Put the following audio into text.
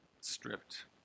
stripped